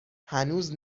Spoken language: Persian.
هنوز